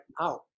out